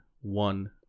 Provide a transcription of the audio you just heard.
one